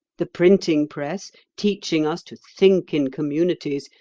the printing-press, teaching us to think in communities,